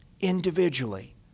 individually